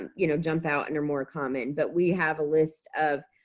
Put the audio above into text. um you know jump out and are more common but we have a list of